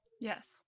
Yes